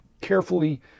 carefully